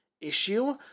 issue